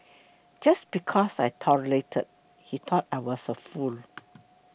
just because I tolerated he thought I was a fool